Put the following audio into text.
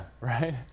right